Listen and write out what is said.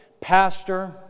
pastor